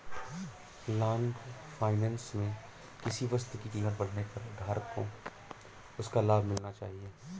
long finance में किसी वस्तु की कीमत बढ़ने पर धारक को उसका लाभ मिलना चाहिए